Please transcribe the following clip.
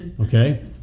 okay